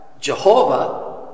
Jehovah